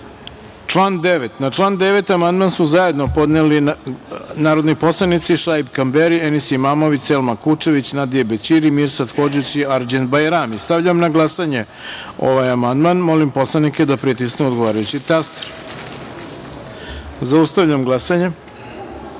amandmanu. Na član 9. amandman su zajedno podneli narodni poslanici Šaip Kamberi, Enis Imamović, Selma Kučević, Nadije Bećiri, Mirsad Hodžić i Arđend Bajrami. Stavljam na glasanje ovaj amandman. Molim poslanike da pritisnu odgovarajući taster. Zaustavljam glasanje: